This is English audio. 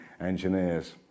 engineers